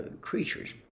creatures